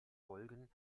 folgen